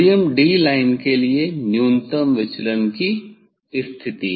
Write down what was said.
sodium D line के लिए न्यूनतम विचलन की स्थिति